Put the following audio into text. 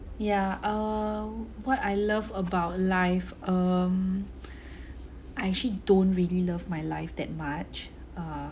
yeah err what I love about life um I actually don't really love my life that much uh